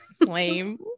Lame